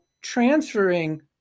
transferring